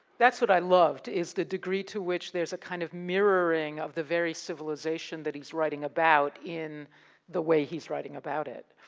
that's what i loved is the degree to which there's a kind of mirroring of the very civilization that he's writing about in the way he's writing about it.